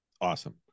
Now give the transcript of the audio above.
Awesome